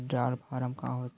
withdrawal form का होथेय